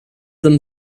them